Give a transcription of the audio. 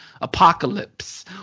apocalypse